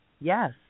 Yes